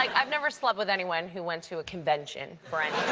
like i've never slept with anyone who went to a convention for